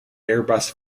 airbus